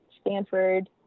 Stanford